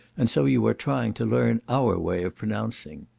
and so you are trying to learn our way of pronouncing.